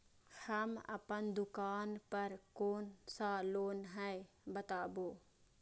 हम अपन दुकान पर कोन सा लोन हैं बताबू?